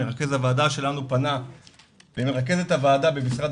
מרכז הוועדה שלנו פנה למרכזת הוועדה במשרד